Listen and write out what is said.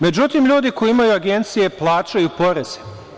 Međutim, ljudi koji imaju agencije plaćaju poreze.